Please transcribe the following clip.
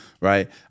right